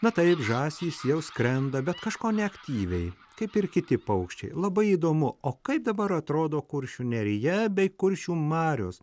na taip žąsys jau skrenda bet kažko neaktyviai kaip ir kiti paukščiai labai įdomu o kaip dabar atrodo kuršių nerija bei kuršių marios